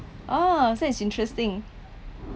ah that's interesting